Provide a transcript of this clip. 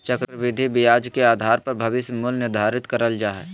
चक्रविधि ब्याज के आधार पर भविष्य मूल्य निर्धारित करल जा हय